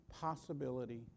possibility